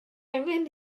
angen